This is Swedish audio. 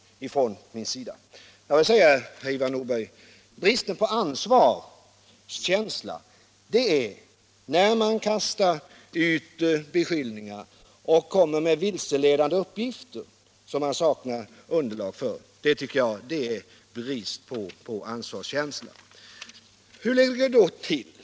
Jag vill säga herr Ivar Nordberg att brist på ansvarskänsla, det visar man när man kastar ut beskyllningar och vilseledande uppgifter som man saknar underlag för. Hur ligger det då till?